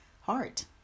heart